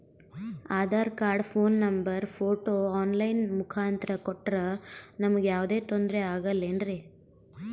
Aadhaar card, phone number, photo online ಮುಖಾಂತ್ರ ಕೊಟ್ರ ನಮಗೆ ಯಾವುದೇ ತೊಂದ್ರೆ ಆಗಲೇನ್ರಿ?